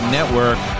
Network